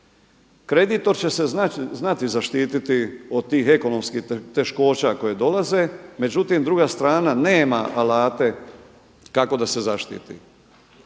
Kreditor će se znati zaštititi od tih ekonomskih teškoća koje dolaze, međutim druga strana nema alate kako da se zaštititi.